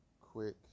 quick